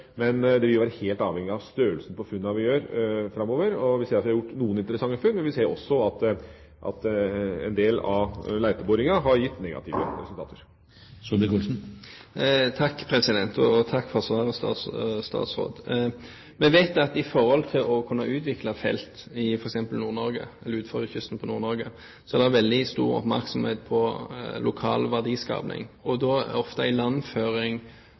Det er et interessant spørsmål, men dette vil være helt avhengig av størrelsen på funnene vi gjør framover. Vi ser at vi har gjort noen interessante funn, men vi ser også at en del av leteboringa har gitt negative resultater. Jeg takker statsråden for svaret. Vi vet at for å kunne utvikle felt utenfor kysten av f.eks. Nord-Norge har man veldig stor oppmerksomhet på lokal verdiskaping. Da er ofte